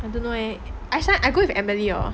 I don't know eh I shall I go with emily hor